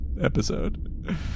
episode